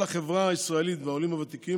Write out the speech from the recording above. על החברה הישראלית והעולים הוותיקים